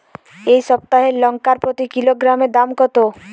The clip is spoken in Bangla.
এই সপ্তাহের লঙ্কার প্রতি কিলোগ্রামে দাম কত?